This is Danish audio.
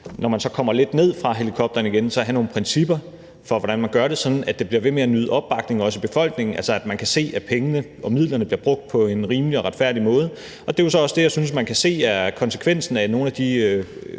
når man så kommer lidt ned fra helikopteren igen, at have nogle principper for, hvordan man gør det, sådan at det bliver ved med at nyde opbakning i befolkningen og at man altså kan se, at pengene og midlerne bliver brugt på en rimelig og retfærdig måde. Det er så også det, jeg synes man kan se er konsekvensen af nogle af de